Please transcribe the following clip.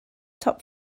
top